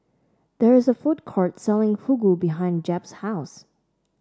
there is a food court selling Fugu behind Jep's house